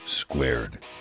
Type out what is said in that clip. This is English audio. Squared